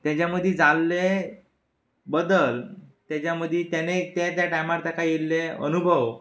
तेच्या मदीं जाल्ले बदल ताच्या मदीं तेणें ते ते टायमार तेका येल्ले अनुभव